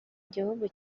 gihugu